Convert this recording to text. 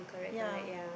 ya